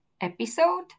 episode